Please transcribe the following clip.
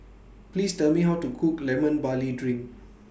Please Tell Me How to Cook Lemon Barley Drink